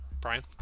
Brian